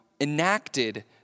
enacted